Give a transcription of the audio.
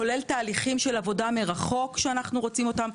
כולל תהליכים של עבודה מרחוק שאנחנו רוציםאותם,